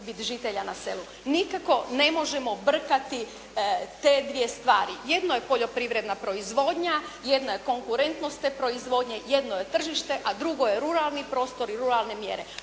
žitelja na selu. Nikako ne možemo brkati te dvije stvari, jedno je poljoprivredna proizvodnja, jedno je konkurentnost te proizvodnje, jedno je tržište, a drugo je ruralni prostor i ruralne mjere,